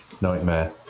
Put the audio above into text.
nightmare